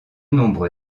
nombre